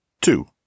Two